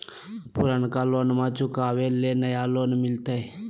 पुर्नका लोनमा चुकाबे ले नया लोन मिलते?